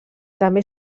també